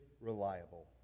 reliable